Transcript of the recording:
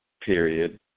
period